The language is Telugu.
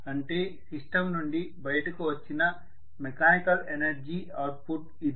అంటే సిస్టమ్ నుండి బయటకు వచ్చిన మెకానికల్ ఎనర్జీ ఔట్పుట్ ఇది